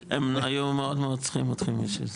הם היום מאוד מאוד צריכים אותכם בשביל זה.